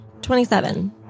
27